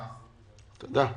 תודה.